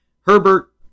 Herbert